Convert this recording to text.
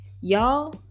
Y'all